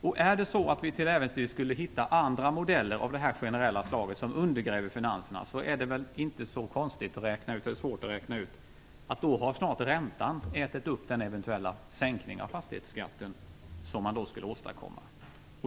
Om vi till äventyrs skulle hitta andra modeller av det generella slaget som undergräver finanserna, är det väl inte så svårt att räkna ut att räntan snart äter upp den eventuella sänkning av fastighetsskatten som man i så fall skulle åstadkomma.